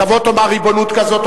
תבוא ותאמר: ריבונות כזו,